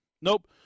Nope